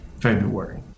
february